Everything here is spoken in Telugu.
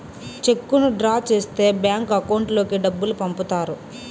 చెక్కును డ్రా చేస్తే బ్యాంక్ అకౌంట్ లోకి డబ్బులు పంపుతారు